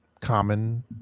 common